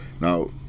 Now